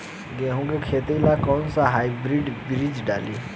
गेहूं के खेती ला कोवन हाइब्रिड बीज डाली?